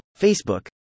Facebook